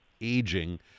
aging